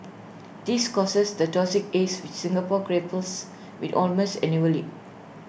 this causes the toxic haze which Singapore grapples with almost annually